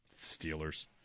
Steelers